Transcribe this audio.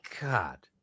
God